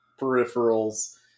peripherals